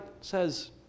says